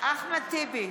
אחמד טיבי,